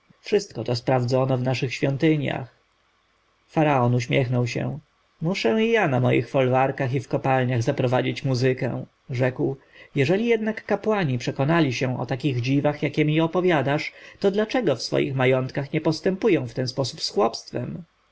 wszystko to sprawdzono w naszych świątyniach faraon uśmiechał się muszę ja na moich folwarkach i w kopalniach zaprowadzić muzykę rzekł jeżeli jednak kapłani przekonali się o takich dziwach jakie mi opowiadasz to dlaczego w swoich majątkach nie postępują w ten sposób